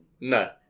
No